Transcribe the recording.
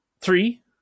three